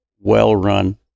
well-run